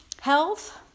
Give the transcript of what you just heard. health